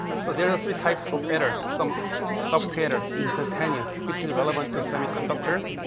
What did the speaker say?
so, there are three types of error. some soft-error, instantaneous, which is relevant to semiconductor.